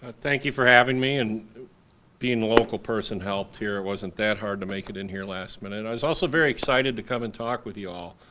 ah thank you for having me, and being a local person helped here, it wasn't that hard to make it in here last minute. i was also very excited to come and talk with you all.